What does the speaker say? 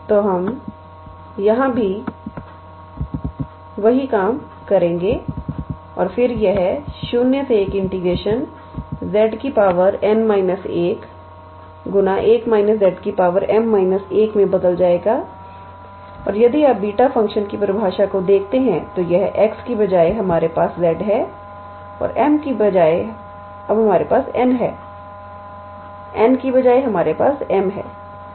तोहम यहाँ भी वही काम करेंगे और फिर यह 01 𝑧 𝑛−1 1 − 𝑧 𝑚−1 मे बदल जाएगा और यदि आप बीटा फ़ंक्शन की परिभाषा को देखते हैं तो x के बजाय हमारे पास z है और m के बजाय हम n है n के बजाय हमारे पास m है